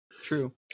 True